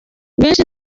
benshi